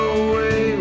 away